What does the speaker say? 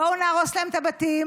בואו נהרוס להם את הבתים,